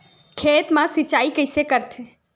खेत मा सिंचाई कइसे करथे?